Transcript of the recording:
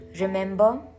remember